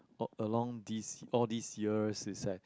oh along these all these years is that